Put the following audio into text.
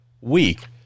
week